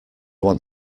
want